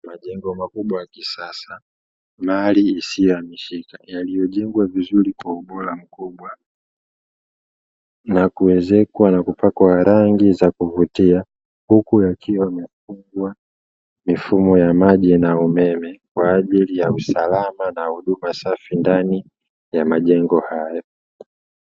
Majengo makubwa ya kisasa, mali isiyohamishika yaliyojengwa vizuri kwa ubora mkubwa na kuezekwa na kupakwa rangi za kuvutia, huku yakiwa yamefungwa mifumo ya maji na ya umeme kwa ajili ya usalama na huduma safi ndani ya majengo hayo.